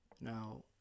Now